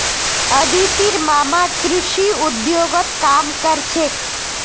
अदितिर मामा कृषि उद्योगत काम कर छेक